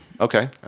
Okay